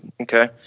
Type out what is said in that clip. Okay